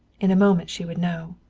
in a moment she would know.